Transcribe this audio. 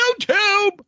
YouTube